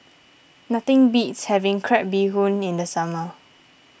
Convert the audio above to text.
nothing beats having Crab Bee Hoon in the summer